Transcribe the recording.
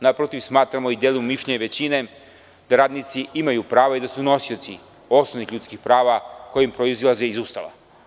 Naprotiv, smatramo i delimo mišljenje većine da radnici imaju prava i da su nosioci osnovnih ljudskih prava koja proizilaze iz Ustava.